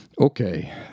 okay